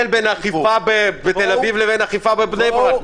בין אכיפה בתל אביב לבין אכיפה בבני ברק?